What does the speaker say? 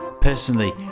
Personally